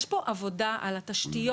יש פה עבודה על התשתיות